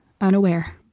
unaware